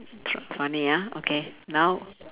tr~ funny ah okay now